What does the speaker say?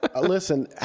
listen